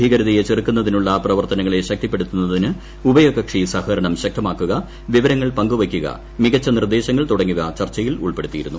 ഭീകരതയെ ചെറുക്കുന്നതിനുള്ള പ്രവർത്തന ങ്ങളെ ശക്തിപ്പെടുത്തുന്നതിന് ഉഭയകക്ഷി സഹകരണം ശക്തമാക്കുക വിവരങ്ങൾ പങ്കുവയ്ക്കുക മികച്ച നിർദ്ദേശങ്ങൾ തുടങ്ങിയവ ചർച്ച യിൽ ഉൾപ്പെടുത്തിയിരുന്നു